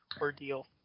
ordeal